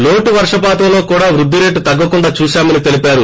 లోటు వర్షపాతంలో కూడా వృద్గిరేటు తగ్గకుండా చూశామని తెలిపారు